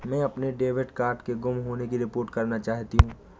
मैं अपने debit card के गुम होने की रिपोर्ट करना चाहती हूँ